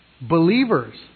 believers